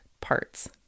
parts